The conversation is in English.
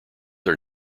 are